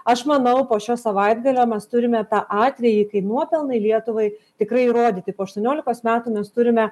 aš manau po šio savaitgalio mes turime tą atvejį kai nuopelnai lietuvai tikrai įrodyti po aštuoniolikos metų nes turime